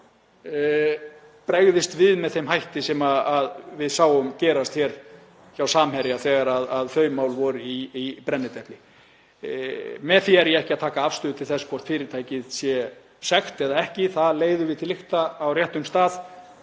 bregst við með þeim hætti sem við sáum gerast hjá Samherja þegar þau mál voru í brennidepli. Með því er ég ekki að taka afstöðu til þess hvort fyrirtækið sé sekt eða ekki, það á að leiða til lykta á réttum stað,